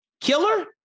Killer